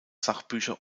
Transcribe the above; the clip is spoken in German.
sachbücher